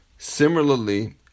similarly